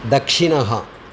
दक्षिणः